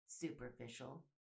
superficial